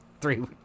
three